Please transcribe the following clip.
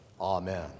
Amen